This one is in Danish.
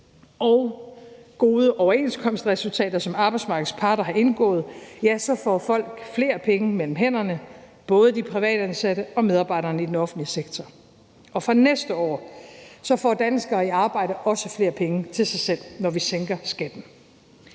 og gode overenskomstresultater, som arbejdsmarkedets parter har indgået, får folk flere penge mellem hænderne, både de privatansatte og medarbejderne i den offentlige sektor. Og fra næste år får danskere i arbejde også flere penge til sig selv, når vi sænker skatten.